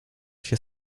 się